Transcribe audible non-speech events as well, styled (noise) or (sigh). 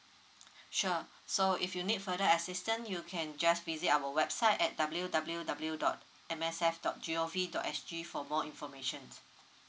(breath) sure so if you need further assistance you can just visit our website at www dot M S F dot gov dot sg for more informations